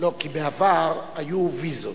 בעבר היו ויזות.